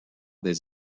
des